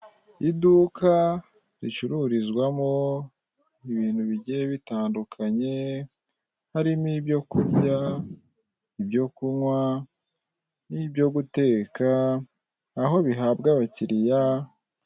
Iduka ricururizwamo ibintu bigiye bitandukanye, harimo ibyo kurya, ibyo kunywa, n'ibyo guteka aho bihabwa abakiliya.